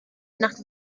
nach